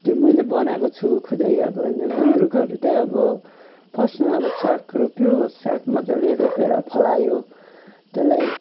त्यो मैले बनाएको छु खुदै अब होइन गुन्द्रुकहरू चाहिँ अब फर्स्टमा अब साग रोप्यो साग मजाले रोपेर फलायो त्यसलाई